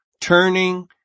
turning